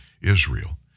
Israel